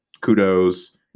kudos